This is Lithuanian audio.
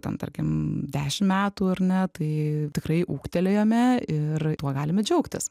ten tarkim dešimt metų ar ne tai tikrai ūgtelėjome ir tuo galime džiaugtis